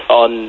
on